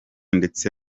ndetse